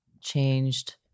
changed